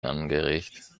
angeregt